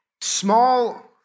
small